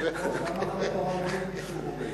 גם אחרי פרנואיד מישהו רודף.